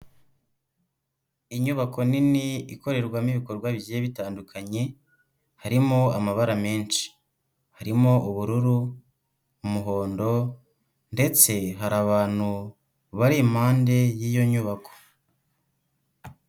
Inyubako nini ikorerwamo ibikorwa bigiye bitandukanye, harimo amabara menshi, harimo ubururu, umuhondo ndetse hari abantu bari impande y'iyo nyubako.